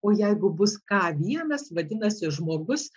o jeigu bus ka vienas vadinasi žmogus